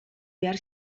behar